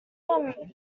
are